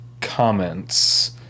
comments